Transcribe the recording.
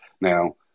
Now